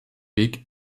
weg